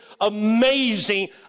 amazing